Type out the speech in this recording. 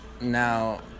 now